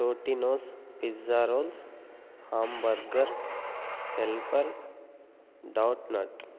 Totino's pizza rolls Hamburger Helper donut